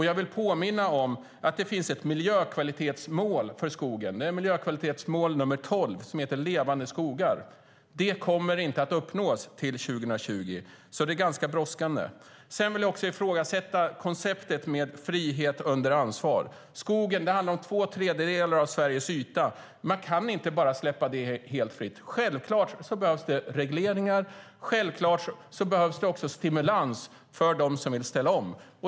Jag vill påminna om att det finns ett miljökvalitetsmål för skogen, det är miljökvalitetsmål nr 12 Levande skogar. Det kommer inte att uppnås till 2020, så det är ganska brådskande. Jag ifrågasätter konceptet frihet under ansvar. Skogen handlar om två tredjedelar av Sveriges yta. Man kan inte bara släppa det helt fritt. Självklart behövs det regleringar, och självklart behövs det stimulans för dem som vill ställa om.